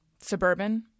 Suburban